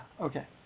Okay